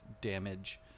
damage